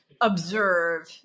observe